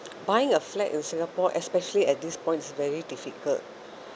buying a flat in singapore especially at this point is very difficult